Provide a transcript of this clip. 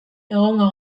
egongo